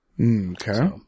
Okay